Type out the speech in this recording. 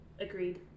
Agreed